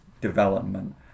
development